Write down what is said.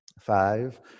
five